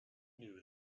knew